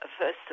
first